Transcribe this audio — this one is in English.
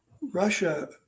Russia